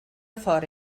fora